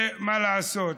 מה לעשות,